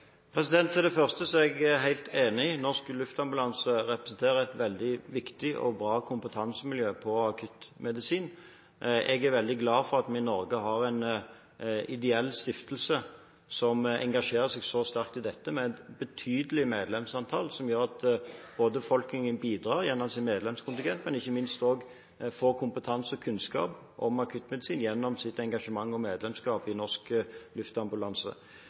Til det første: Jeg er helt enig i at Norsk Luftambulanse representerer et veldig viktig og bra kompetansemiljø på akuttmedisin. Jeg er veldig glad for at vi i Norge har en ideell stiftelse som engasjerer seg så sterkt i dette – med et betydelig medlemsantall, som gjør at befolkningen bidrar gjennom sin medlemskontingent, men at de også ikke minst får kompetanse og kunnskap om akuttmedisin gjennom sitt engasjement og medlemskap i Norsk Luftambulanse.